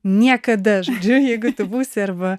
niekada žodžiu jeigu tu būsi arba